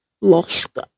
lost